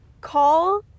call